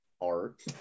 art